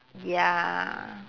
ya